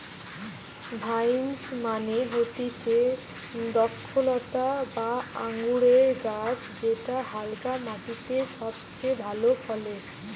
vines মানে হতিছে দ্রক্ষলতা বা আঙুরের গাছ যেটা হালকা মাটিতে সবচে ভালো ফলে